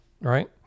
right